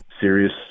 serious